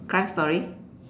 crime story